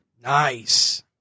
Nice